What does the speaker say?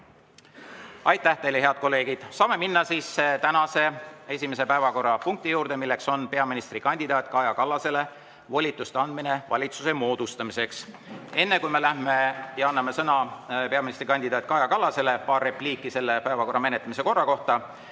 Aitäh teile, head kolleegid! Saame minna tänase esimese päevakorrapunkti juurde: peaministrikandidaat Kaja Kallasele volituste andmine valitsuse moodustamiseks. Enne kui me anname sõna peaministrikandidaat Kaja Kallasele, paar repliiki selle päevakorrapunkti menetlemise korra kohta.